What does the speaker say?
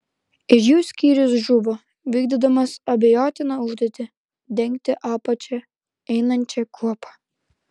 ir jų skyrius žuvo vykdydamas abejotiną užduotį dengti apačia einančią kuopą